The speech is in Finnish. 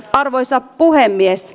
arvoisa puhemies